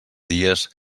dies